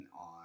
on